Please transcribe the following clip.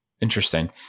Interesting